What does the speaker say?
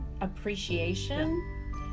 appreciation